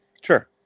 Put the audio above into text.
Sure